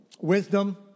wisdom